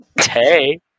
hey